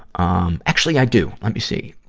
um actually, i do. let me see.